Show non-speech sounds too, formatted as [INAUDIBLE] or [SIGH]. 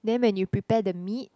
then when you [BREATH] prepare the meat